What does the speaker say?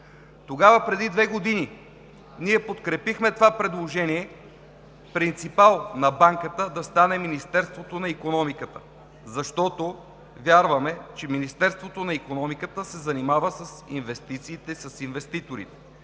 Тогава, преди две години, ние подкрепихме предложението принципал на Банката да стане Министерството на икономиката, защото вярваме, че то се занимава с инвестициите, с инвеститорите